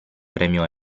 premio